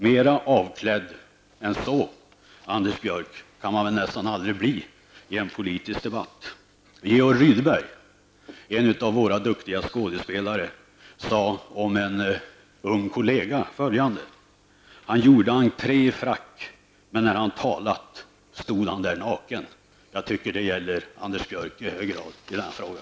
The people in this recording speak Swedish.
Mera avklädd än så, Anders Björck, kan man väl nästan aldrig bli i en politisk debatt. Georg Rydeberg -- en av våra duktiga skådespelare -- sade följande om en ung kollega: Han gjorde entré i frack, men när han talat stod han där naken. Jag tycker att det i hög grad gäller Anders Björck i denna fråga.